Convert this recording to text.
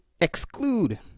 exclude